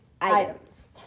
items